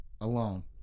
alone